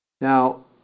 Now